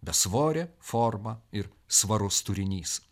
besvorė forma ir svarus turinys